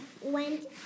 Went